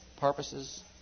purposes